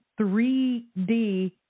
3D